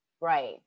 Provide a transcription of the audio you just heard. right